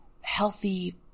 healthy